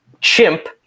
chimp